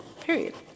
Period